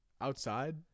Outside